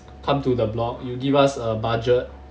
come to the blog you give us a budget